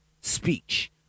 speech